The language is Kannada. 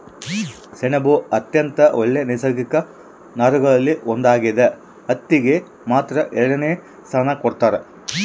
ಸೆಣಬು ಅತ್ಯಂತ ಒಳ್ಳೆ ನೈಸರ್ಗಿಕ ನಾರುಗಳಲ್ಲಿ ಒಂದಾಗ್ಯದ ಹತ್ತಿಗೆ ಮಾತ್ರ ಎರಡನೆ ಸ್ಥಾನ ಕೊಡ್ತಾರ